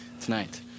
tonight